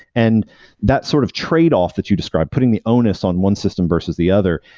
and that sort of tradeoff that you described, putting the onus on one system versus the other,